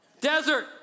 Desert